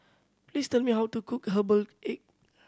please tell me how to cook herbal egg